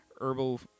herbal